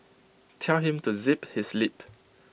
tell him to zip his lip